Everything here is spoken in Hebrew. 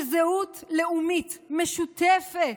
של זהות לאומית משותפת,